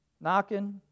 knocking